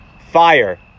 fire